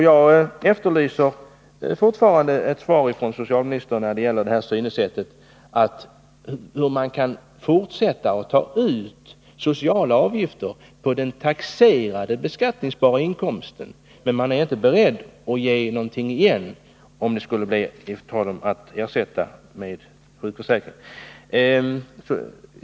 Jag efterlyser fortfarande ett svar från socialministern när det gäller detta synsätt — hur man kan fortsätta att ta ut sociala avgifter på den taxerade beskattningsbara inkomsten men inte är beredd att ge någonting igen, om det skulle bli tal om ersättning från sjukförsäkringen.